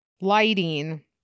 lighting